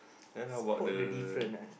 then how bout the